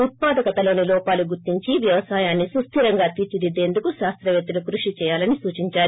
ఉత్పాదకతలో లోపాలు గుర్తించి వ్యవసాయాన్సి సుస్దిరంగా తీర్చిదిద్దేందుకు కాస్తవేత్తలు కృషి చేయాలని సూచిందారు